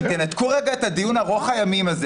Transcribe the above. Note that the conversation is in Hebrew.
אם תנתקו רגע את הדיון ארוך הימים הזה